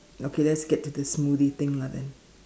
okay let's get to this smoothie thing lah then